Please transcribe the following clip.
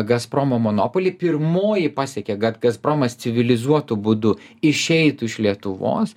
gazpromo monopolį pirmoji pasiekė kad gazpromas civilizuotu būdu išeitų iš lietuvos